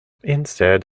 instead